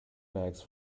bags